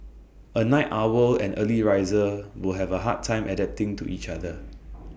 A night owl and early riser will have A hard time adapting to each other